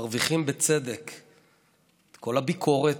מרוויחים בצדק את כל הביקורת,